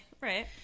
Right